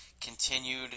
continued